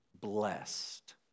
blessed